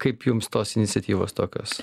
kaip jums tos iniciatyvos tokios